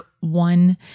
one